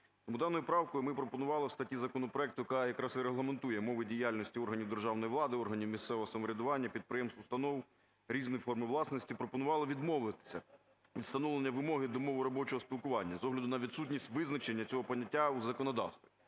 даною правкою ми пропонували в статті законопроекту, яка якраз і регламентує мову діяльності органів державної влади, органів місцевого самоврядування підприємств, установ різної форми власності, пропонували відмовитися від встановлення вимоги до мови робочого спілкування, з огляду на відсутність визначення цього поняття у законодавстві,